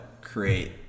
create